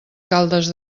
caldes